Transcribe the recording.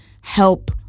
help